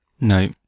No